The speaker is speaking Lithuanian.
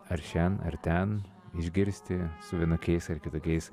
ar šen ar ten išgirsti vienokiais ar kitokiais